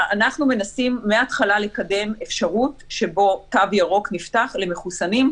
אנחנו מנסים מהתחלה לקדם אפשרות שבה תו ירוק נפתח למחוסנים,